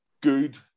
good